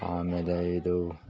ಆಮೇಲೆ ಇದು